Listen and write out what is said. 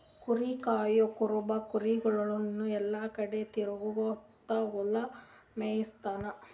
ಕುರಿ ಕಾಯಾ ಕುರುಬ ಕುರಿಗೊಳಿಗ್ ಎಲ್ಲಾ ಕಡಿ ತಿರಗ್ಸ್ಕೊತ್ ಹುಲ್ಲ್ ಮೇಯಿಸ್ತಾನ್